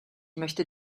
möchte